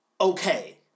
okay